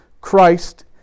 Christ